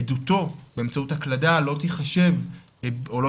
עדותו באמצעות הקלדה לא תחשב או לא